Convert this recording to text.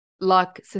luck